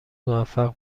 موفق